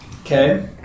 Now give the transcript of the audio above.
okay